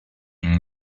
une